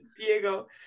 Diego